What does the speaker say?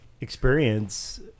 Experience